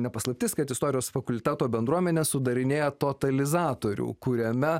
ne paslaptis kad istorijos fakulteto bendruomenė sudarinėja totalizatorių kuriame